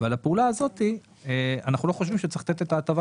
ועל הפעולה הזאת אנחנו לא חושבים שצריך את הטבת